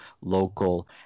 local